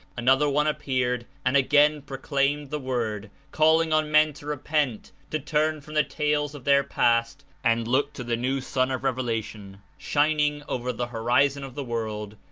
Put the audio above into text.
another one appeared and again proclaimed the word, call ing on men to repent, to turn from the tales of their past and look to the new sun of revelation shining over the horizon of the world.